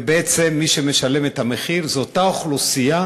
ובעצם מי שמשלמת את המחיר זו אותה אוכלוסייה